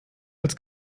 als